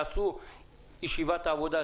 יעשו ישיבת עבודה,